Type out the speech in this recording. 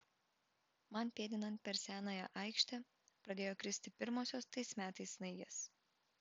man pėdinant per senąją aikštę pradėjo kristi pirmosios tais metais snaigės